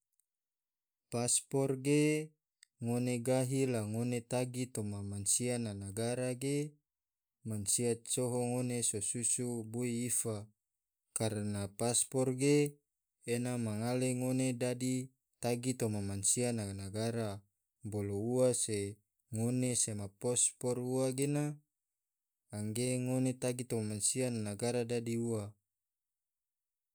Paspor ge ngone gahi la ngone tagi toma mansia na nagara ge mansia coho ngone so susu bui ifa, karana paspor ge ena mangale ngone dadi tagi toma mansia na nagara, bolo ua se ngone sema paspor ua gena angge ngone tagi toma mansia na nagara dadi ua.